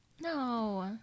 No